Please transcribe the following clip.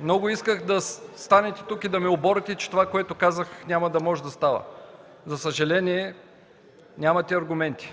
много исках да станете тук и да ме оборите, че това, което казах, няма да може да става. За съжаление, нямате аргументи.